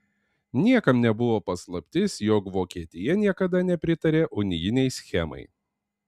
niekam nebuvo paslaptis jog vokietija niekada nepritarė unijinei schemai